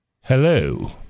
hello